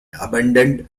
abandoned